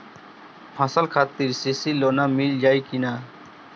फसल खातिर के.सी.सी लोना मील जाई किना?